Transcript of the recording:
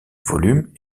volumes